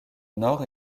nord